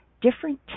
different